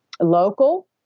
local